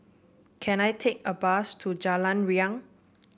can I take a bus to Jalan Riang